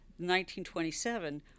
1927